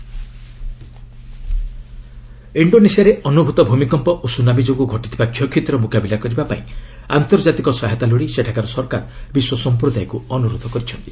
Indonesia ବରିଆଲ୍ସ୍ appeal ଇଣ୍ଡୋନେସିଆରେ ଅନୁଭୂତ ଭୂମିକମ୍ପ ଓ ସୁନାମୀ ଯୋଗୁଁ ଘଟିଥିବା କ୍ଷୟକ୍ଷତିର ମୁକାବିଲା କରିବାପାଇଁ ଆନ୍ତର୍ଜାତିକ ସହାୟତା ଲୋଡ଼ି ସେଠାକାର ସରକାର ବିଶ୍ୱ ସମ୍ପ୍ରଦାୟକୁ ଅନୁରୋଧ କରିଛନ୍ତି